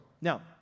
Now